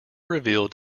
revealed